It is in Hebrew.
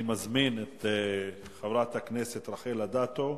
אני מזמין את חברת הכנסת רחל אדטו.